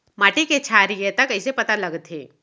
माटी के क्षारीयता कइसे पता लगथे?